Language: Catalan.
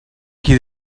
qui